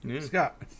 Scott